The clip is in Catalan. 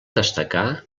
destacar